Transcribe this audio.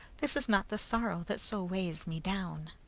this is not the sorrow that so weighs me down!